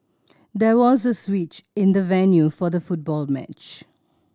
there was a switch in the venue for the football match